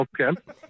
Okay